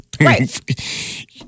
Right